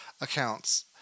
accounts